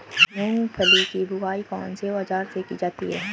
मूंगफली की बुआई कौनसे औज़ार से की जाती है?